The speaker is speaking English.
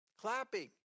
Clapping